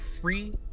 free